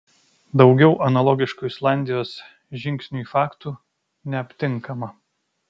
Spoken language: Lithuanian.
daugiau analogiškų islandijos žingsniui faktų neaptinkama